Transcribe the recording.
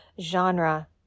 genre